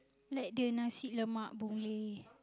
like the nasi-lemak Boon-Lay